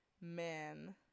man